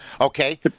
okay